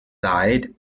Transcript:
side